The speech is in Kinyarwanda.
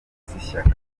z’ishyaka